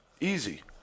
Easy